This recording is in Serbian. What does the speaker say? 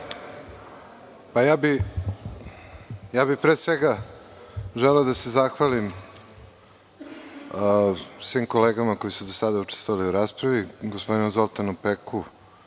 Antić** Pre svega bih želeo da se zahvalim svim kolegama koje su i do sada učestvovale u raspravi, gospodinu Zoltanu Peku,